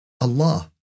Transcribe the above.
Allah